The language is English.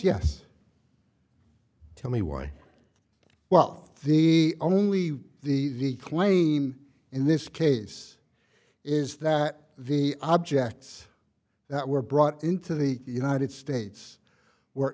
yes tell me why well the only the the claim in this case is that the objects that were brought into the united states were